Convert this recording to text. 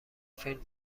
فیلم